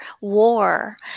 war